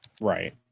Right